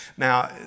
Now